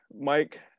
mike